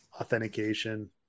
authentication